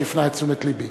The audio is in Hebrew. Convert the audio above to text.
שהפנה את תשומת לבי.